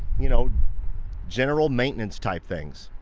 you know general maintenance type things.